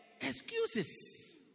Excuses